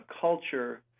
culture